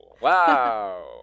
wow